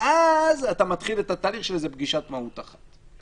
ואז אתה מתחיל את התהליך של איזו פגישת מהות אחת.